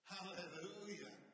Hallelujah